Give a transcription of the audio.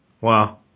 wow